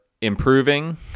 improving